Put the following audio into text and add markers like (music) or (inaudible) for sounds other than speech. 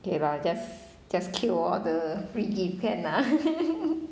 K lah just just keep all the free gift can lah (laughs)